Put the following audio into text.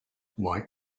why